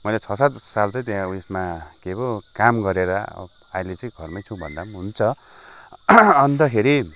मैले छ सात साल चाहिँ त्यहाँ उयसमा के पो काम गरेर आहिले चाहिँ घरमै छु भन्दा पनि हुन्छ अन्तखेरि